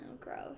gross